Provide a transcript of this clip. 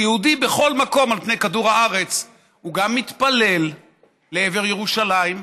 כי יהודי בכל מקום על פני כדור הארץ הוא גם מתפלל לעבר ירושלים,